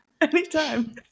Anytime